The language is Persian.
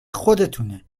خودتونه